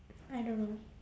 I don't know